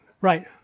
Right